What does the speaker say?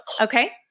Okay